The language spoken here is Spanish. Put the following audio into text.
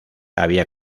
había